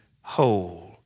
whole